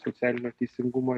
socialinio teisingumo